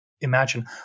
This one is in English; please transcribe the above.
imagine